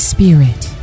Spirit